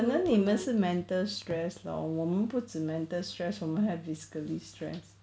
可能你的是 mental stress lor 我们不止 mental stress 我们还 physically stress